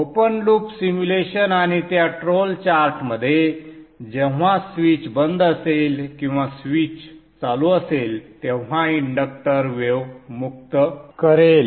open loop simulation आणि त्या ट्रोल चार्टमध्ये जेव्हा स्विच क्लोज्ड असेल किंवा स्विच चालू असेल तेव्हा इंडक्टर वेव मुक्त करेल